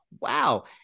wow